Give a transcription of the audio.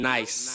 Nice